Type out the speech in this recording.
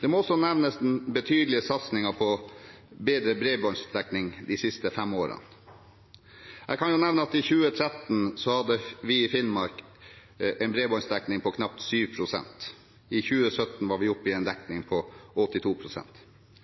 Den betydelige satsingen på bedre bredbåndsdekning de siste fem årene må også nevnes. Jeg kan nevne at i 2013 hadde vi i Finnmark en bredbåndsdekning på knapt 7 pst. I 2017 var vi oppe i en dekning på